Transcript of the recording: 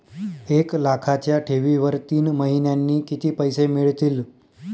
एक लाखाच्या ठेवीवर तीन महिन्यांनी किती पैसे मिळतील?